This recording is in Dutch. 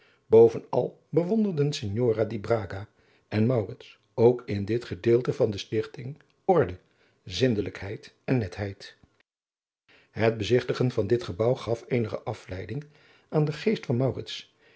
bovenal bewonderden signora di braga en maurits ook in dit gedeelte van de stichting orde zindelijkheid en netheid het bezigtigen van dit gebouw gaf eenige afleiding aan den geest van